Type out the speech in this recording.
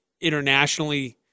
internationally –